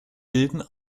bilden